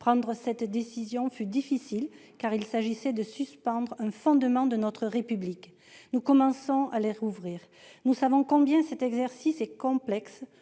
Prendre cette décision fut difficile, car il s'agit d'un fondement notre République. Nous commençons à les rouvrir. Nous savons combien cet exercice est complexe,